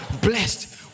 blessed